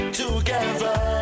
together